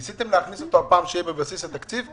ניסיתם להכניס אותו לבסיס התקציב,